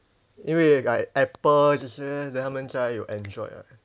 因为 like apple 这些 then 他们还有 android